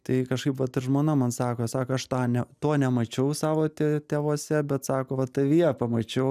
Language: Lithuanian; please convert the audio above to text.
tai kažkaip vat ir žmona man sako sako aš tą ne to nemačiau savo tė tėvuose bet sako va tavyje pamačiau